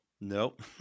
Nope